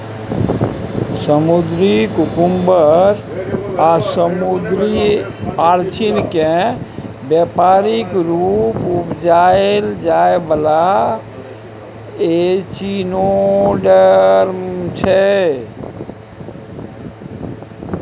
समुद्री कुकुम्बर आ समुद्री अरचिन केँ बेपारिक रुप उपजाएल जाइ बला एचिनोडर्म छै